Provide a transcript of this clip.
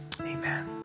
Amen